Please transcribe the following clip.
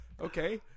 Okay